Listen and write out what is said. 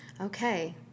Okay